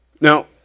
Now